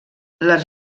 les